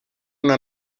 una